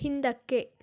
ಹಿಂದಕ್ಕೆ